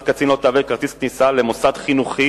שתעודת קצין לא תהווה כרטיס כניסה למוסד חינוכי